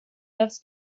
loves